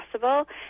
possible